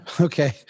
Okay